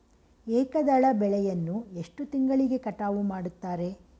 ಏಕದಳ ಬೆಳೆಯನ್ನು ಎಷ್ಟು ತಿಂಗಳಿಗೆ ಕಟಾವು ಮಾಡುತ್ತಾರೆ?